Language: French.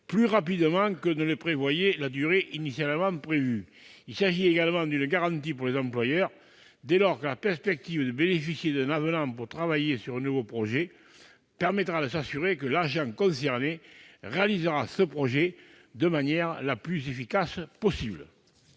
mené à bien avant la fin de la durée initialement prévue. Il s'agit également d'une garantie pour les employeurs, dès lors que la perspective de bénéficier d'un avenant pour travailler sur un nouveau projet permettra de s'assurer que l'agent concerné réalisera ce projet de la manière la plus efficace possible.